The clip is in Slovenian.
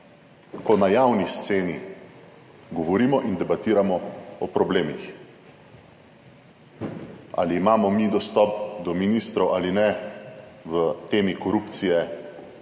ko na javni sceni govorimo in debatiramo o problemih. Ali imamo mi dostop do ministrov ali ne v temi korupcije,